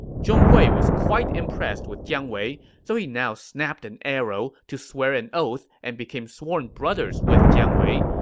zhong hui was quite impressed with jiang wei, so he now snapped an arrow to swear an oath and became sworn brothers with jiang wei,